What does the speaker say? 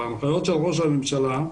בהנחיות של ראש הממשלה,